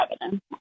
evidence